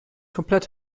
komplett